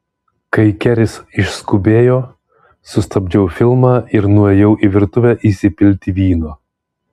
kai keris išskubėjo sustabdžiau filmą ir nuėjau į virtuvę įsipilti vyno